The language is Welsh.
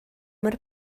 mor